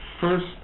First